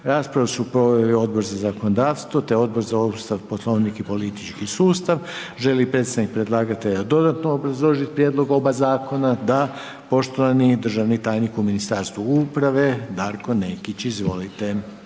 Rasprave su proveli Odbor za zakonodavstvo te Odbor za Ustav, Poslovnik i politički sustav. Želi li predsjednik predlagatelja dodatno obrazložit oba zakona? Da. Poštovani državni tajnik u Ministarstvu uprave, Darko Nekić, izvolite.